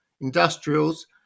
industrials